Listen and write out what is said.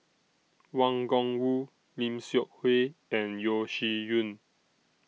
Wang Gungwu Lim Seok Hui and Yeo Shih Yun